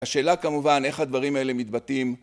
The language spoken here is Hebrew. השאלה כמובן איך הדברים האלה מתבטאים